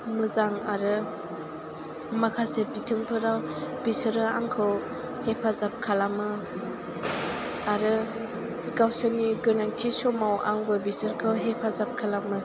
मोजां आरो माखासे बिथोनफोराव बिसोरो आंखौ हेफाजाब खालामो आरो गावसोरनि गोनांथि समाव आंबो बिसोरखौ हेफाजाब खालामो